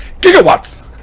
GIGAWATTS